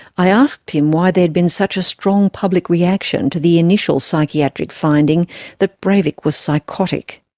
i asked him why there had been such a strong public reaction to the initial psychiatric finding that breivik was psychotic.